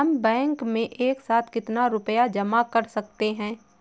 हम बैंक में एक साथ कितना रुपया जमा कर सकते हैं?